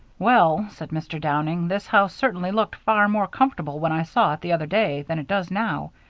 well, said mr. downing, this house certainly looked far more comfortable when i saw it the other day than it does now.